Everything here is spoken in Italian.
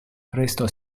prestò